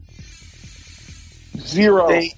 Zero